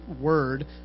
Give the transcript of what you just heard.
word